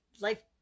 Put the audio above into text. life